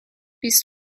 بیست